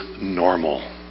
normal